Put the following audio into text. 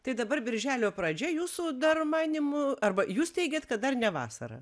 tai dabar birželio pradžia jūsų dar manymu arba jūs teigiat kad dar ne vasara